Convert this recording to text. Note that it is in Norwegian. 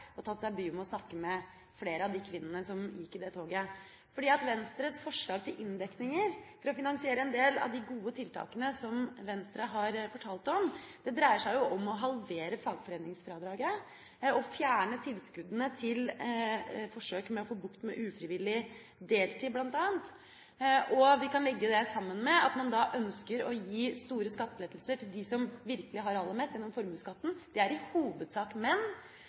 og tatt seg bryet med å snakke med flere av de kvinnene som gikk i toget. Venstres forslag til inndekninger, for å finansiere en del av de gode tiltakene som Venstre har fortalt om, dreier seg jo om å halvere fagforeningsfradraget og fjerne tilskuddene til forsøk med å få bukt med bl.a. ufrivillig deltid. Vi kan legge det sammen med det at man ønsker å gi store skattelettelser til dem som virkelig har aller mest – gjennom formuesskatten – det er i hovedsak